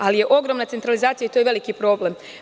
Ali ogromna je centralizacija i to je veliki problem.